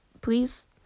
please